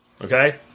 Okay